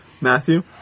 Matthew